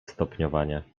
stopniowanie